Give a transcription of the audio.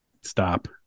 stop